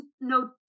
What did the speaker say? no